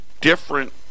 different